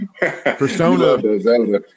Persona